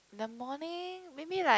the morning maybe like